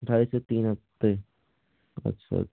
ढाई से तीन हफ़्ते अच्छा